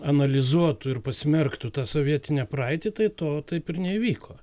analizuotų ir pasmerktų tą sovietinę praeitį tai to taip ir neįvyko